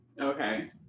Okay